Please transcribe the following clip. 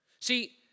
See